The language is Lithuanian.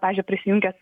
pavyzdžiui prisijungęs